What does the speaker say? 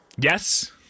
Yes